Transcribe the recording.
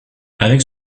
avec